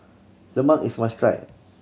lemang is must try